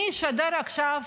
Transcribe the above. מי ישדר עכשיו